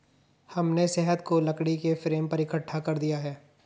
हमने शहद को लकड़ी के फ्रेम पर इकट्ठा कर दिया है